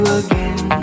again